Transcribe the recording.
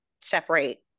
separate